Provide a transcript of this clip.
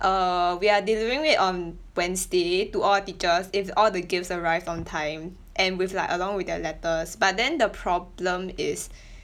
err we are delivering it on Wednesday to all teachers if all the gifts arrived on time and with like along with their letters but then the problem is